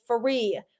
free